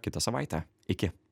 kitą savaitę iki